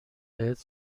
بهت